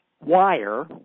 wire